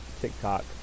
TikTok